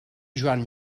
joan